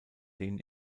denen